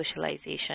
socialization